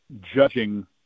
judging